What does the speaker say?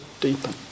deepen